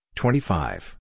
twenty-five